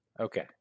Okay